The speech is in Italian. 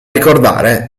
ricordare